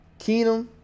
Keenum